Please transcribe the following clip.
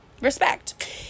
respect